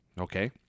okay